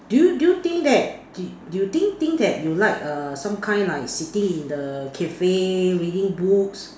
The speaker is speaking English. do you do you think that do you you think think that you like err some kind like sitting in the cafe reading books